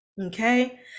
okay